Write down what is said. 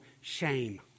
shame